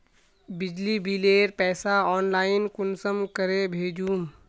बिजली बिलेर पैसा ऑनलाइन कुंसम करे भेजुम?